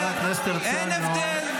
--- חבר הכנסת הרצנו, תודה.